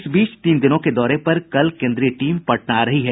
इस बीच तीन दिनों के दौरे पर कल केन्द्रीय टीम पटना आ रही है